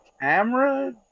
camera